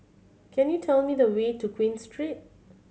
can you tell me the way to Queen Street